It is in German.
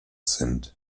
sind